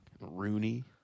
Rooney